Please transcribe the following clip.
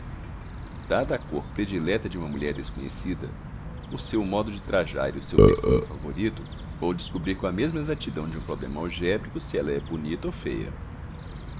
dada a cor predileta de uma mulher desconhecida o seu modo de trajar e o seu perfume favorito vou descobrir com a mesma exatidão de um problema algébrico se ela é bonita ou feia